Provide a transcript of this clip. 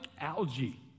algae